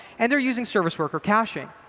and they're using service worker caching.